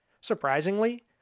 Surprisingly